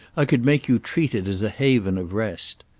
i could make you treat it as a haven of rest.